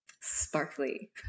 sparkly